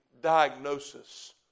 diagnosis